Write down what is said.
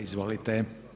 Izvolite.